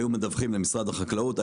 היו מדווחים למשרד החקלאות,